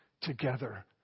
together